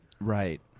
Right